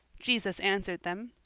jesus answered them,